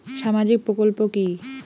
সামাজিক প্রকল্প কি?